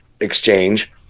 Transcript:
exchange